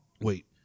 wait